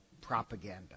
propaganda